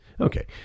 Okay